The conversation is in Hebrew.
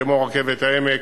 כמו "רכבת העמק"